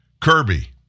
Kirby